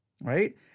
Right